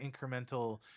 incremental